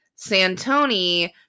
Santoni